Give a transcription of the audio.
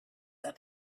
that